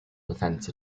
defense